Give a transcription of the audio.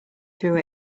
through